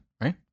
right